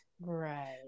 Right